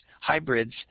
hybrids